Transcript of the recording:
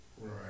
Right